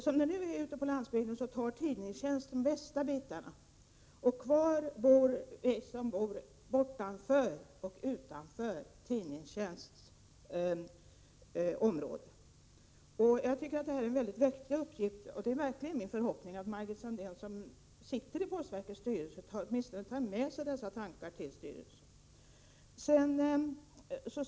Som det nu är ute på landsbygden tar tidningstjänsten de bästa bitarna. Kvar blir de människor som bor bortom eller utanför tidningstjänsts område. Jag tycker att detta är någonting mycket viktigt, och det är verkligen min förhoppning att Margin Sandéhn som sitter i postverkets styrelse åtminstone tar med sig dessa synpunkter till styrelsen.